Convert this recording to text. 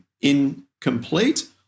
incomplete